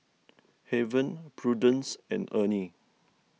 Haven Prudence and Ernie